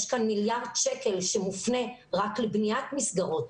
יש כאן מיליארד שקלים שמופנים רק לבניית מסגרות.